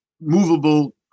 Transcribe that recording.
movable